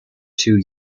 two